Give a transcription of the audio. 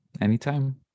anytime